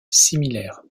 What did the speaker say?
similaires